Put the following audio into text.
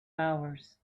hours